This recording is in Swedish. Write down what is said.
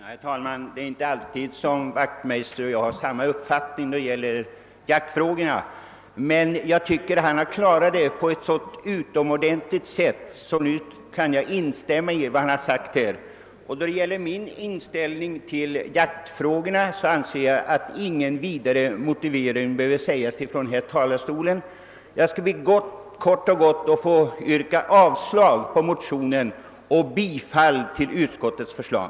Herr talman! Det är inte alltid som herr Wachtmeister och jag har samma uppfattning i jaktfrågor, men jag tycker att han här klarat saken på ett så utomordentiigt sätt att jag kan instämma i vad han har sagt. Och då det gäller min inställning till jaktfrågorna anser jag att ingen vidare motivering behövs från denna talarstol. Jag yrkar därför kort och gott avslag på motionen och bifall till utskottets förslag.